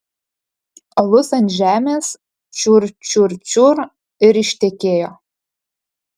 alus ant žemės čiur čiur čiur ir ištekėjo